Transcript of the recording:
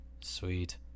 sweet